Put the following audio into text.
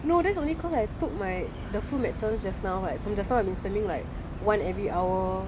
nowadays only cause I took my the full medicine just now right from just now I've been spending like one every hour